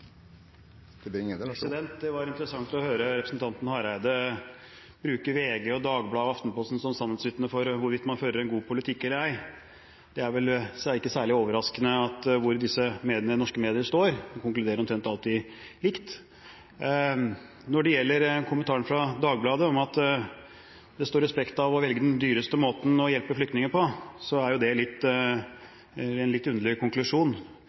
Hareide bruke VG, Dagbladet og Aftenposten som sannhetsvitner for hvorvidt man fører en god politikk eller ei. Det er vel ikke særlig overraskende hvor disse norske mediene står. De konkluderer omtrent alltid likt. Når det gjelder kommentaren fra Dagbladet om at det står respekt av å velge den dyreste måten å hjelpe flyktninger på, er det en litt underlig konklusjon,